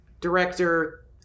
director